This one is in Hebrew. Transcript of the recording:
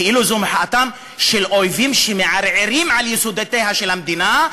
כאילו זו מחאתם של אויבים שמערערים על יסודותיה של המדינה,